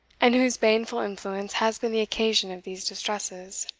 and whose baneful influence has been the occasion of these distresses.